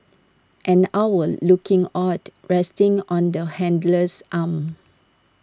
an owl looking awed resting on the handler's arm